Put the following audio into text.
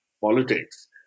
politics